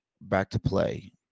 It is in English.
back-to-play